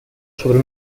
sobre